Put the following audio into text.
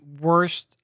worst